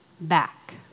back